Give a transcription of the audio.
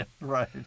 right